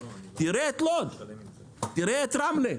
תראה את לוד, תראה את רמלה.